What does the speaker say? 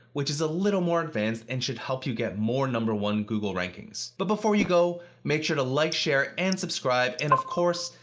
which is a little more advanced and should help you get more one google rankings. but before you go, make sure to like, share and subscribe, and of course,